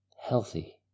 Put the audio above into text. healthy